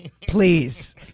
please